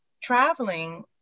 traveling